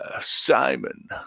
Simon